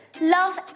love